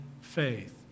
faith